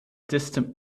distant